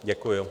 Děkuju.